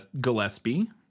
gillespie